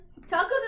tacos